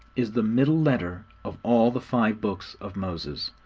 is the middle letter of all the five books of moses,